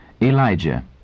Elijah